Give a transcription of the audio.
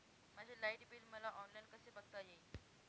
माझे light bill मला online कसे बघता येईल?